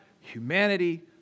humanity